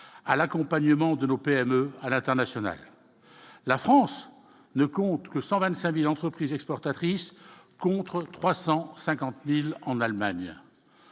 à l'accompagnement de nos PME à l'international, la France ne compte que 125000 entreprises exportatrices, contre 350000 en Allemagne,